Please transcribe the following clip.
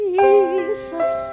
Jesus